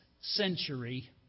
century